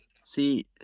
See